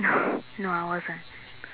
no I wasn't